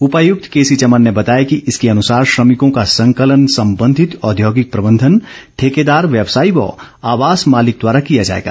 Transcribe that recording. उपायुक्त K C Chaman ने बताया कि इसके अनुसार श्रमिकों का संकलन संबंधित औद्योगिक प्रबंधन ठेकेदार व्यवसायी व आवास मालिक द्वारा किया जाएगा